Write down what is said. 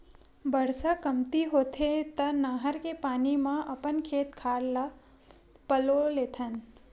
बरसा कमती होथे त नहर के पानी म अपन खेत खार ल पलो लेथन